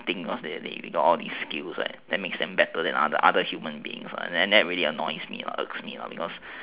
they they think they got all these skills that makes them better than other human beings and that really annoys me lah irks me lah because